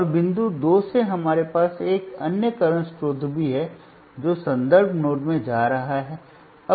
और बिंदु 2 से हमारे पास एक अन्य करंट स्रोत भी है जो संदर्भ नोड में जा रहा है